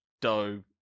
Doe